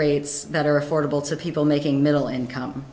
rates that are affordable to people making middle income